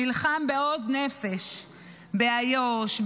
נלחם בעוז נפש באיו"ש,